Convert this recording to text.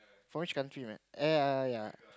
for which country man eh ya ya ya